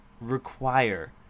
require